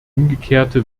umgekehrte